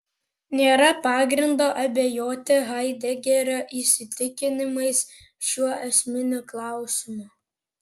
nėra pagrindo abejoti haidegerio įsitikinimais šiuo esminiu klausimu